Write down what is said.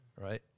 right